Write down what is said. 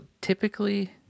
typically